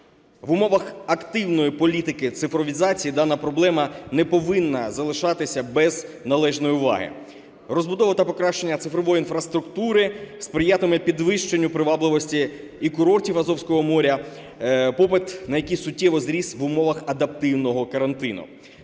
В умовах активної політики цифровізації дана проблема не повинна залишатися без належної уваги. Розбудова та покращення цифрової інфраструктури сприятиме підвищенню привабливості і курортів Азовського моря, попит на який суттєво зріс в умовах адаптивного карантину.